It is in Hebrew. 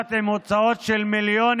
המשפט עם הוצאות של מיליונים,